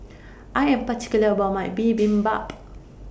I Am particular about My Bibimbap